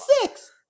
six